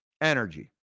Energy